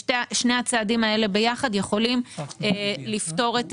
שני הצעדים האלה ביחד יכולים לפתור את